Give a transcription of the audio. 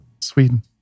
Sweden